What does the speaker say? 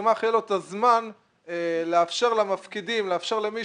שגמ"ח יהיה לו הזמן לאפשר למפקידים ולהגיד להם: